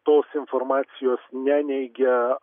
tos informacijos neneigia